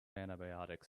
antibiotics